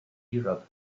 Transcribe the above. europe